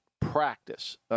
practice